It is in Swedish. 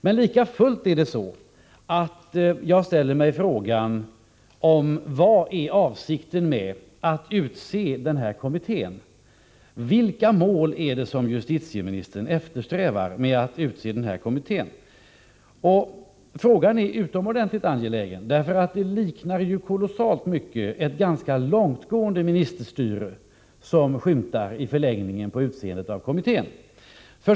Men likafullt ställer jag mig frågan: Vad är avsikten med att utse den här kommittén? Vilka mål är det som justitieministern vill uppnå genom kommitténs arbete? Frågan är utomordentligt angelägen — det är ett ganska långtgående ministerstyre som skymtar i förlängningen av tillsättandet av kommittén.